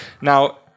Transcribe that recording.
Now